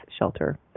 shelter